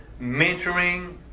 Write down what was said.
mentoring